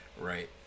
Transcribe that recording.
Right